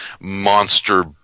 monster